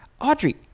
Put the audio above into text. Audrey